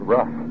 Rough